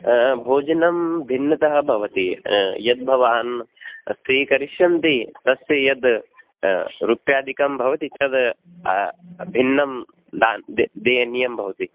भोजनं भिन्नतः भवति यद् भवान् स्वीकरिष्यन्ति तस्य यद् रूप्यादिकं भवति तद् भिन्नं देयनीयं भवति